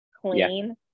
clean